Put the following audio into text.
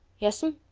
yes'm,